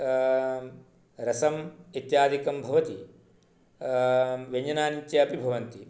रसम् इत्यादिकं भवति व्यञ्जनानि च अपि भवन्ति